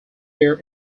air